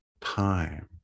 time